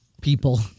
people